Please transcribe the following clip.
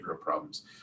problems